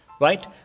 right